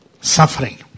suffering